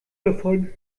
davon